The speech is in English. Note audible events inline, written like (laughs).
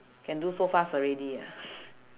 can do so fast already ah (laughs)